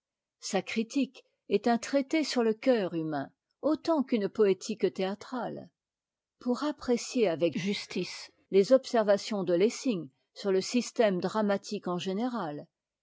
sa critique est un traité sur le cœur humain autant qu'urie poétique théâtrale pour apprécier avec justice les observations de lessing sur le système dramatique en général